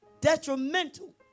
detrimental